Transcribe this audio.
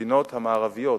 המדיניות המערביות,